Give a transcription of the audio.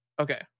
Okay